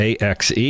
axe